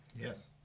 Yes